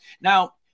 Now